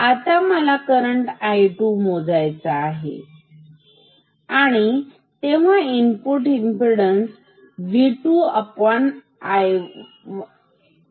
आता मला current I2 मोजायचा आहे ठीक आणि तेव्हा इनपूट इमपीडन्स असणार V 2 I 2